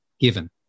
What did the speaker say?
given